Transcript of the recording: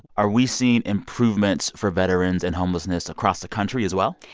are we seeing improvements for veterans and homelessness across the country as well?